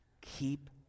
keep